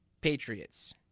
Patriots